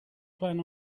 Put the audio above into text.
plan